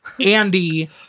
Andy